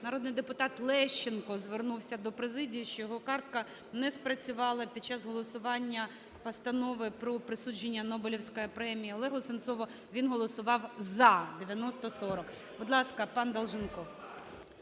Народний депутат Лещенко звернувся до президії, що його картка не спрацювала під час голосування Постанови про присудження Нобелівської премії Олегу Сенцову. Він голосував "за" 9040. Будь ласка, пан Долженков.